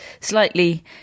slightly